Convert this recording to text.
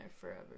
forever